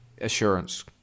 assurance